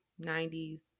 90s